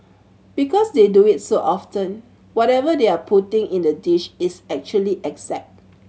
because they do it so often whatever they are putting in the dish is actually exact